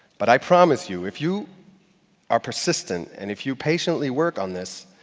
but i promise you if you are persistent, and if you patiently work on this,